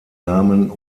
namen